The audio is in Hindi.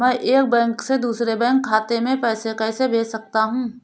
मैं एक बैंक से दूसरे बैंक खाते में पैसे कैसे भेज सकता हूँ?